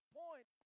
point